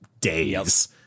days